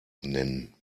nennen